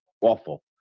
awful